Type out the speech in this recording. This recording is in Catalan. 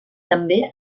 també